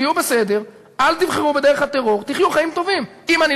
תהיו בסדר, אל תבחרו בדרך הטרור, תחיו חיים טובים.